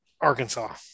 Arkansas